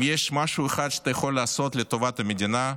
אם יש משהו אחד שאתה יכול לעשות לטובת המדינה,